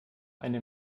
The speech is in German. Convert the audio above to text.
eine